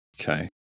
Okay